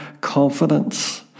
confidence